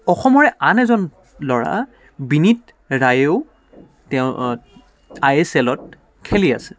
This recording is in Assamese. অসমৰে আন এজন ল'ৰা বিনীত ৰায়েও তেওঁ আই এছ এলত খেলি আছে